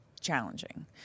challenging